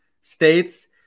states